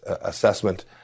assessment